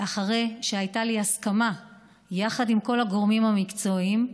אחרי שהייתה לי הסכמה עם כל הגורמים המקצועיים,